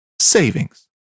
savings